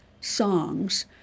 songs